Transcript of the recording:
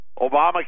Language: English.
Obama